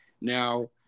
now